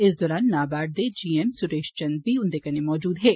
इस दौरान नाबार्ड दे जी एम सुरेश चंद बी उन्दे कन्नै मौजूद हे